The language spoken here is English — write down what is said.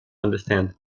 understand